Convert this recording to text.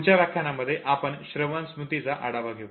पुढच्या व्याख्यानामध्ये आपण श्रवण स्मृतीचा आढावा घेऊ